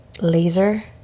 laser